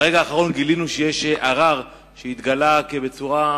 ברגע האחרון גילינו שיש ערר שהתגלה מאוחר.